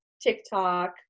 TikTok